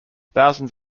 thousands